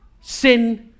Sin